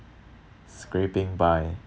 scraping by